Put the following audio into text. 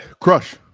Crush